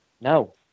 no